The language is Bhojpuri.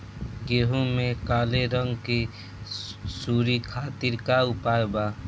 गेहूँ में काले रंग की सूड़ी खातिर का उपाय बा?